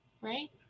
right